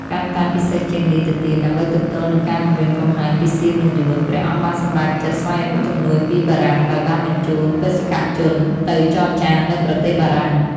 កាន់តែពិសេសជាងនេះទៅទៀត ដើម្បីទប់ទល់នឹងការគំរាមកំហែងពីសៀមនិងយួន ព្រះអង្គបានសម្រេចចិត្តស្វែងរកជំនួយពីបារាំងដោយបានបញ្ជូនបេសកជនទៅចរចានៅប្រទេសបារាំង។